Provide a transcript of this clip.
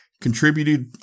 contributed